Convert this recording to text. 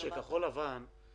ולכן,